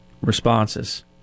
responses